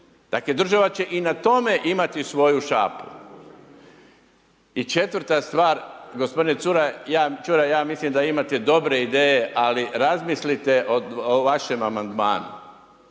Dakle, država će i na tome imati svoju šapu. I četvrta stvar, gospodine Čuraj, ja mislim da imate dobre ideje, ali razmislite o vašem Amandmanu,